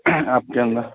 आपके अन्दर